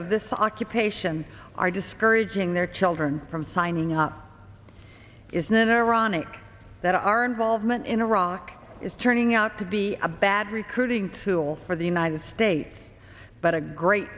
of this occupation are discouraging their children from signing up is not ironic that our involvement in iraq is turning out to be a bad recruiting tool for the united states but a great